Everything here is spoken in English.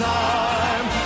time